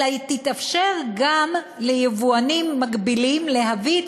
אלא יתאפשר גם ליבואנים מקבילים להביא את